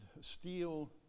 steel